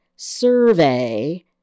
Survey